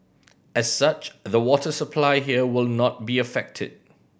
as such the water supply here will not be affected